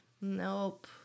nope